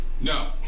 No